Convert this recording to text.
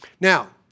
Now